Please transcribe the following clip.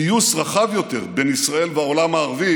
פיוס רחב יותר בין ישראל לעולם הערבי